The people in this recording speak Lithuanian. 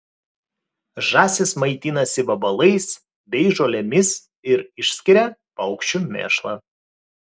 žąsys maitinasi vabalais bei žolėmis ir išskiria paukščių mėšlą